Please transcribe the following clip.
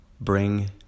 Bring